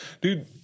Dude